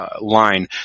line